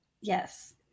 yes